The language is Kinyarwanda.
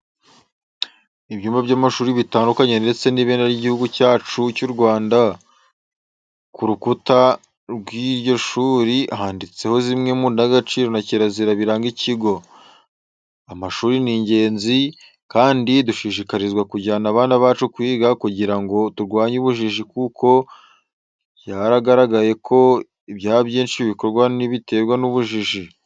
Ibyumba by'amashuri bitandukanye ndetse n'ibendera ry'Igihugu cyacu cy'u Rwanda. Ku rukuta rw'iryo shuri handitseho zimwe mu ndangagaciro na kirazira biranga ikigo. Amashuri ni ingenzi, kandi dushishikarizwa kujyana abana bacu kwiga kugira ngo turwanye ubujiji kuko byaragaragaye ko ibyaha byinshi bikorwa biterwa n'ubujiji.